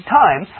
time